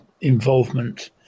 involvement